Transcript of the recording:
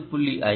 5 2